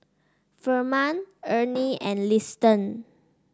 Ferman Ernie and Liston